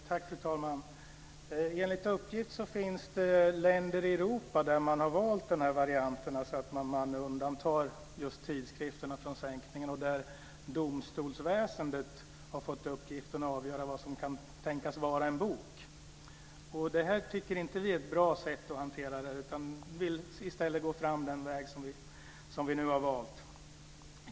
Fru talman! Enligt uppgift finns det länder i Europa där man har valt att undanta tidskrifter från sänkning av skatten. Domstolsväsendet har då fått uppgiften att avgöra vad som kan tänkas vara en bok. Detta tycker vi inte är ett bra sätt att hantera situationen. Vi vill i stället gå fram den väg vi har valt.